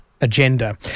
agenda